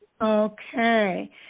Okay